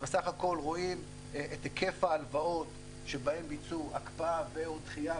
בסך הכול רואים את היקף ההלוואות שבהם ביצעו הקפאה ו/או דחייה,